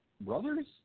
brothers